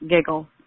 giggle